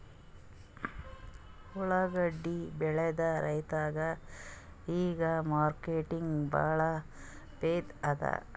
ಉಳ್ಳಾಗಡ್ಡಿ ಬೆಳದ ರೈತರಿಗ ಈಗ ಮಾರ್ಕೆಟ್ನಾಗ್ ಭಾಳ್ ಫೈದಾ ಅದಾ